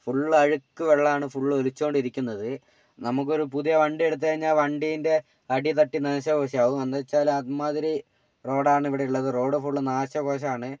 full അഴുക്ക് വെള്ളമാണ് ഫുള്ളും ഒലിച്ചുകൊണ്ട് ഇരിക്കുന്നത് നമുക്കൊരു പുതിയ വണ്ടി എടുത്ത് കഴിഞ്ഞാൽ വണ്ടീന്റെ അടി തട്ടി നാശകോശമാവും എന്താ വച്ചാൽ അമ്മാതിരി റോഡ് ആണ് ഇവിടെ ഉള്ളത് റോഡ് ഫുള്ളും നാശകോശമാണ്